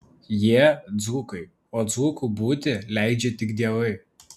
jie dzūkai o dzūku būti leidžia tik dievai